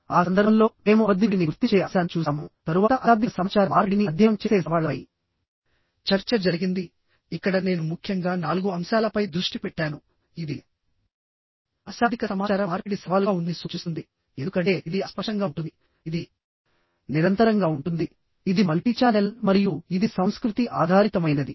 ఆ సందర్భంలో మేము అబద్ధికుడిని గుర్తించే అంశాన్ని చూశాము తరువాత అశాబ్దిక సమాచార మార్పిడిని అధ్యయనం చేసే సవాళ్లపై చర్చ జరిగింది ఇక్కడ నేను ముఖ్యంగా నాలుగు అంశాలపై దృష్టి పెట్టాను ఇది అశాబ్దిక సమాచార మార్పిడి సవాలుగా ఉందని సూచిస్తుంది ఎందుకంటే ఇది అస్పష్టంగా ఉంటుంది ఇది నిరంతరంగా ఉంటుంది ఇది మల్టీచానెల్ మరియు ఇది సంస్కృతి ఆధారితమైనది